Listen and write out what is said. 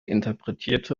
interpretierte